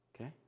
okay